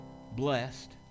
blessed